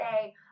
say